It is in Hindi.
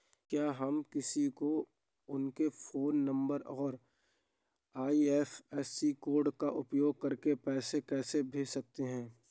क्या हम किसी को उनके फोन नंबर और आई.एफ.एस.सी कोड का उपयोग करके पैसे कैसे भेज सकते हैं?